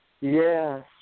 Yes